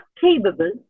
capable